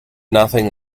nothing